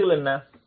உயரத்தில் என்ன